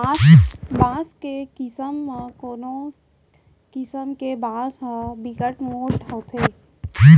बांस के किसम म कोनो किसम के बांस ह बिकट मोठ होथे